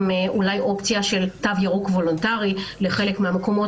עם אופציה של תו ירוק וולונטרי לחלק מהמקומות